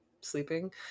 sleeping